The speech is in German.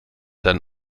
dann